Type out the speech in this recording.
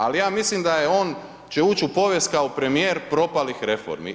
Ali, ja mislim da je on, će ući u povijest kao premijer propalih reformi.